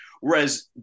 whereas